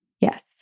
Yes